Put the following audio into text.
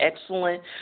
excellent